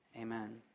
Amen